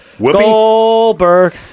Goldberg